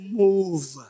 move